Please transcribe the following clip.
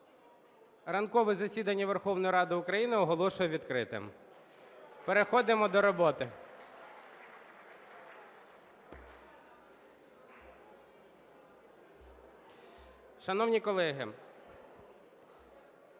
Ранкове засідання Верховної Ради України оголошую відкритим. Переходимо до роботи. Шановні колеги…